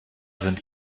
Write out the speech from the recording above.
sind